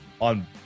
on